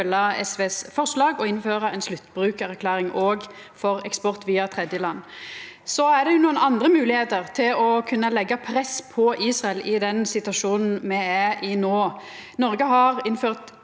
følgja SVs forslag og innføra ei sluttbrukarerklæring òg for eksport via tredjeland. Det er også nokre andre moglegheiter til å kunna leggja press på Israel i den situasjonen me er i no. Noreg har innført